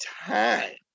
time